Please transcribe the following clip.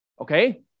Okay